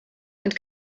and